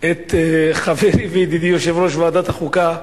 את חברי וידידי יושב-ראש ועדת החוקה,